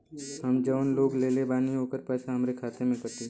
हम जवन लोन लेले बानी होकर पैसा हमरे खाते से कटी?